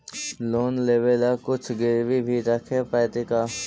Loan लेबे ल कुछ गिरबी भी रखे पड़तै का?